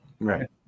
Right